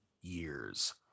years